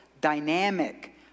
dynamic